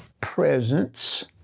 presence